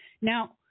Now